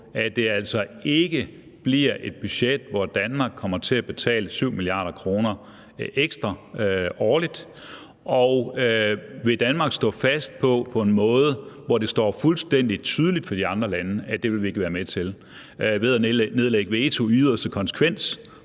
at det altså ikke bliver et budget, hvor Danmark kommer til at betale 7 mia. kr. ekstra årligt, og vil Danmark stå fast på en måde, hvor det står fuldstændig tydeligt for de andre lande, at det vil vi ikke være med til, i yderste konsekvens